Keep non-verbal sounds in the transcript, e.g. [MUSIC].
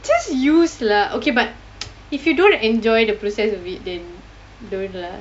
just use lah okay but [NOISE] if you don't enjoy the process of it then don't lah